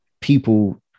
people